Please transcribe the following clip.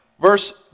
Verse